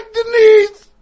Denise